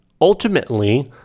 ultimately